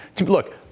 Look